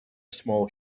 small